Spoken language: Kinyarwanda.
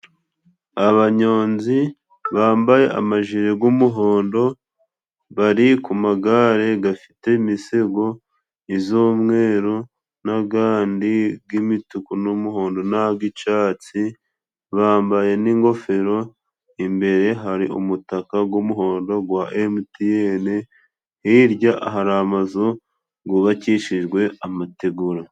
Abanyonzi bambaye amajire g'umuhondo, bari ku magare gafite imisego. Iz'umweru, n'agandi g'imituku n'umuhondo. nta g'icatsi bambaye n'ingofero. Imbere hari umutaka g'umuhondo gwa Emutiyeni, hirya hari amazu gubakishijwe amategura.